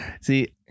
See